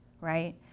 right